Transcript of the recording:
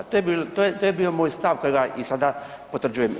To je bio moj stav kojega i sada potvrđujem.